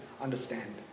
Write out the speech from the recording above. understand